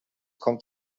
kommt